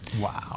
wow